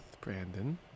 brandon